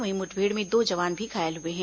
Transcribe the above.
वहीं मुठभेड़ में दो जवान भी घायल हुए हैं